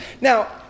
Now